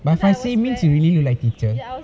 but my friend say means you really looked like a teacher